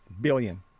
Billion